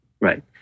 Right